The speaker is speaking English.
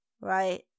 right